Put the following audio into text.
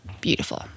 beautiful